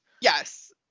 Yes